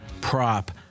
prop